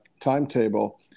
timetable